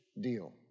deal